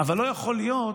אבל לא יכול להיות